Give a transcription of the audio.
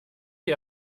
die